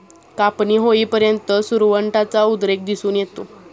कापणी होईपर्यंत सुरवंटाचा उद्रेक दिसून येतो